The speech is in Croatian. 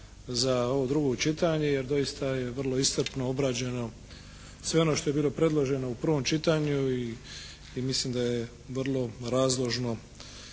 za ovo drugo čitanje jer doista je vrlo iscrpno obrađeno sve ono što je bilo predloženo u prvom čitanju i mislim da je vrlo razložno